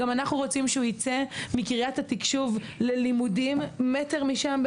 גם אנחנו רוצים שהוא יצא מקרית התקשוב ללימודים מטר משם,